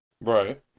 Right